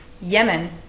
Yemen